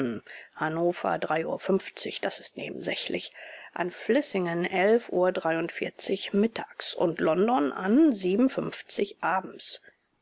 hannover drei uhr fünfzig das ist nebensächlich an vlissingen elf uhr dreiundvierzig mittags und london an sieben uhr fünfzig abends